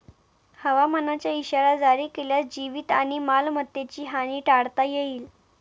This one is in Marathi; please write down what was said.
हवामानाचा इशारा जारी केल्यास जीवित आणि मालमत्तेची हानी टाळता येईल